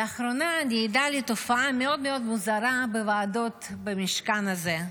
לאחרונה אני עדה לתופעה מאוד מאוד מוזרה בוועדות במשכן הזה.